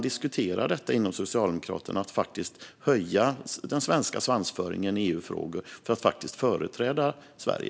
Diskuterar man inom Socialdemokraterna att höja den svenska svansföringen i EU-frågor, för att faktiskt företräda Sverige?